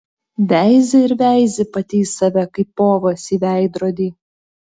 veizi ir veizi pati į save kaip povas į veidrodį